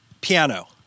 piano